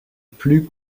plus